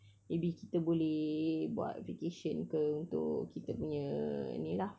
maybe kita boleh buat vacation ke untuk kita punya ni lah